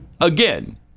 Again